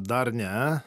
dar ne